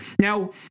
Now